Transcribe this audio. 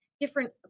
different